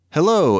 Hello